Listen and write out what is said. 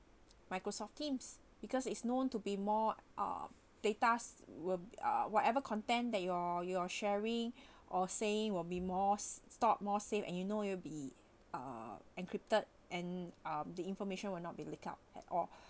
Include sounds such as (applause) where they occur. Microsoft teams because is known to be more ah datas will uh whatever content that you're you're sharing (breath) or saying will be mores stored more safe and you know you'll be uh encrypted and ah the information will not be leak out at all